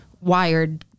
wired